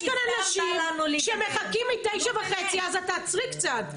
יש כאן אנשים שמחכים מ-9:30, אז את תעצרי קצת.